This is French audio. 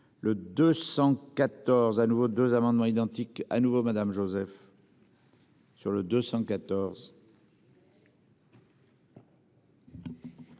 14 à nouveau deux amendements identiques à nouveau Madame Joseph. Sur le 214.